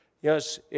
Yes